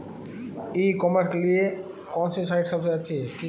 ई commerce के लिए कौनसी साइट सबसे अच्छी है?